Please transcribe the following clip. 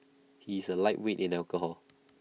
he is A lightweight in alcohol